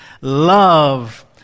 love